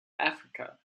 africa